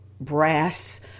brass